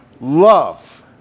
Love